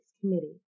Committee